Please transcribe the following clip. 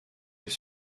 est